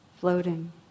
floating